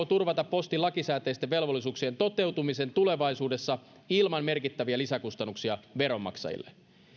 postin lakisääteisten velvollisuuksien toteutumisen tulevaisuudessa ilman merkittäviä lisäkustannuksia veronmaksajille